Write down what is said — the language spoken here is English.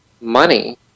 money